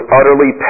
utterly